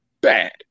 bad